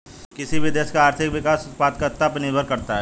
किसी भी देश का आर्थिक विकास उत्पादकता पर निर्भर करता हैं